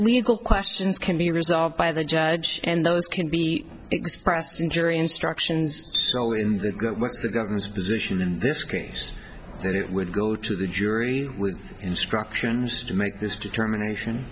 legal questions can be resolved by the judge and those can be expressed in jury instructions so in that what's the government's position in this case that it would go to the jury with instructions to make this determination